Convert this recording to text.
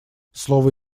слово